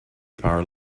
power